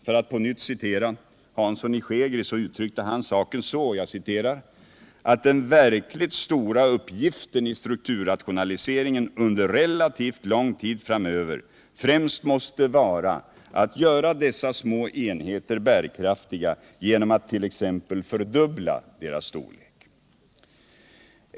För att på nytt citera Hansson i Skegrie, så uttryckte han saken så, att ”den verkligt stora uppgiften i strukturrationaliseringen under relativt lång tid framöver främst måste vara att göra dessa små enheter bärkraftiga genom att t.ex. fördubbla deras storlek”.